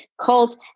cult